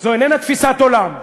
זו איננה תפיסת עולם.